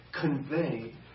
convey